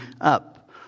up